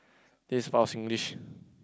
this Singlish